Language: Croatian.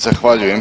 Zahvaljujem.